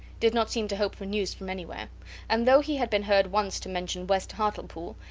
did not seem to hope for news from anywhere and though he had been heard once to mention west hartlepool,